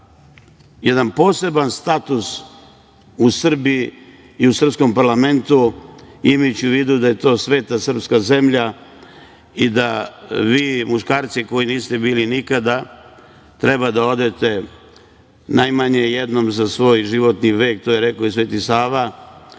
jedan poseban status u Srbiji i u srpskom parlamentu, imajući u vidu da je to sveta srpska zemlja i da vi muškarci koji niste bili nikada treba da odete najmanje jednom za svoj životni vek, to je rekao i Sveti Sava,